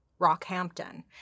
Rockhampton